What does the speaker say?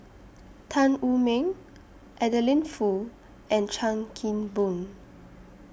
Tan Wu Meng Adeline Foo and Chan Kim Boon